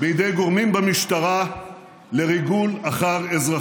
חברת הכנסת שטרית, הוא עונה להם.